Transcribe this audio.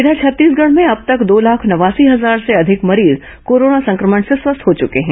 इधर छत्तीसगढ़ में अब तक दो लाख नवासी हजार से अधिक मरीज कोरोना संक्रमण से स्वस्थ हो चुके हैं